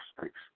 Thanks